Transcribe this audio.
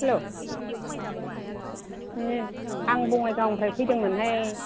हेल' ए आं बङाइगावनिफ्राय फैदोंमोनहाय